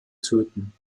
töten